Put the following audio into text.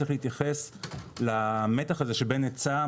צריך להתייחס למתח הזה שבין היצע,